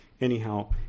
anyhow